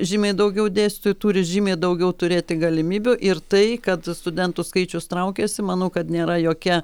žymiai daugiau dėstytojų turi žymiai daugiau turėti galimybių ir tai kad studentų skaičius traukiasi manau kad nėra jokia